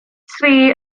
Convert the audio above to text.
tri